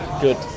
good